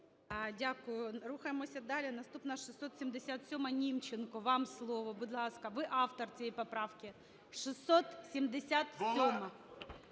Дякую. Рухаємося далі. Наступна - 677-а, Німченко. Вам слово, будь ласка. Ви автор цієї поправки. 677-а.